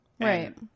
right